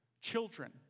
Children